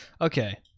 Okay